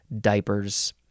diapers